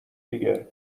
دیگه